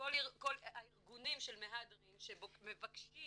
הארגונים של מהדרין שמבקשים